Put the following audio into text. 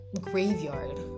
graveyard